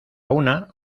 una